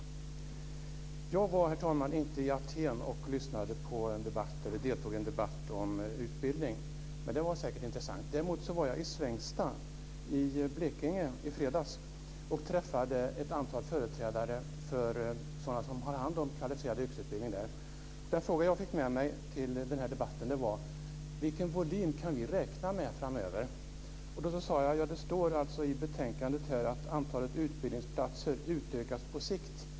Jag var, herr talman, inte i Aten och deltog i en debatt om utbildning, men den var säkert intressant. Däremot var jag i Svängsta i Blekinge i fredags och träffade ett antal företrädare för dem som har hand om kvalificerad yrkesutbildning där. Den fråga som jag fick med mig till den här debatten var: Vilken volym kan vi räkna med framöver? Då sade jag att det står i betänkandet att antalet utbildningsplatser utökas på sikt.